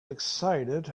excited